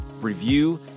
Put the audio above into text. review